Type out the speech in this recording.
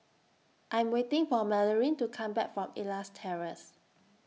I'm waiting For Marylyn to Come Back from Elias Terrace